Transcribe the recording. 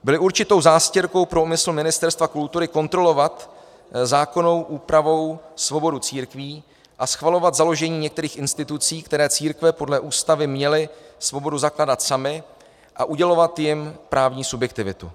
Byly určitou zástěrkou pro úmysl Ministerstva kultury kontrolovat zákonnou úpravou svobodu církví a schvalovat založení některých institucí, které církve podle Ústavy měly svobodu zakládat samy, a udělovat jim právní subjektivitu.